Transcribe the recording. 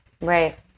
Right